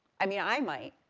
i mean, i might,